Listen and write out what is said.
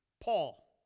Paul